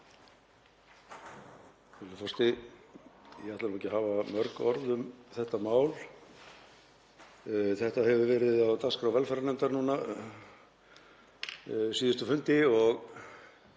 Það hefur verið á dagskrá velferðarnefndar núna síðustu fundi